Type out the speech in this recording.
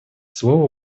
слово